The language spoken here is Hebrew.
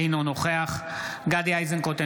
אינו נוכח גדי איזנקוט,